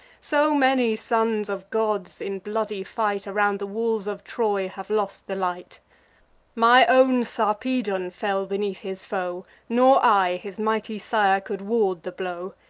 so many sons of gods, in bloody fight, around the walls of troy, have lost the light my own sarpedon fell beneath his foe nor i, his mighty sire, could ward the blow.